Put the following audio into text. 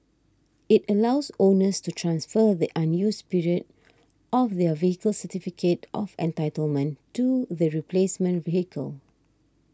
it allows owners to transfer the unused period of their vehicle's certificate of entitlement to the replacement vehicle